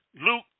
Luke